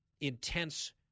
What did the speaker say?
intense